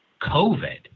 COVID